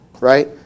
right